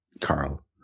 Carl